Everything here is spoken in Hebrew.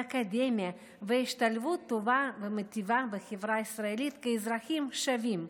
באקדמיה ובהשתלבות טובה ומיטיבה בחברה הישראלית כאזרחים שווים,